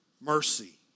Mercy